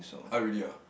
!huh! really ah